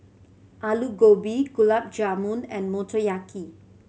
Alu Gobi Gulab Jamun and Motoyaki